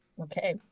okay